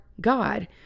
god